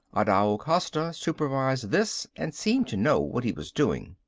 adao costa supervised this and seemed to know what he was doing.